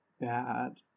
bad